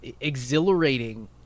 exhilarating